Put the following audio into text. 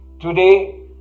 today